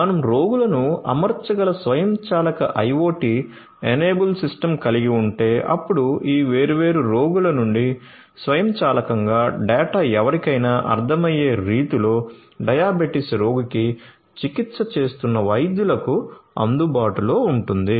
మనం రోగులను అమర్చగల స్వయంచాలక IOT ఎనేబుల్ సిస్టమ్ కలిగి ఉంటే అప్పుడు ఈ వేర్వేరు రోగుల నుండి స్వయంచాలకంగా డేటా ఎవరికైనా అర్ధమయ్యే రీతిలో డయాబెటిస్ రోగికి చికిత్స చేస్తున్న వైద్యులు కు అందుబాటులో ఉంటుంది